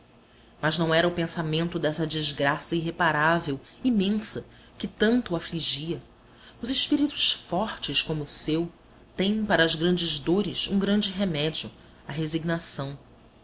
mas não era o pensamento dessa desgraça irreparável imensa que tanto o afligia os espíritos fortes como o seu têm para as grandes dores um grande remédio a resignação